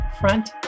Front